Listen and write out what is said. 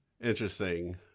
Interesting